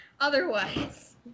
Otherwise